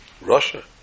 Russia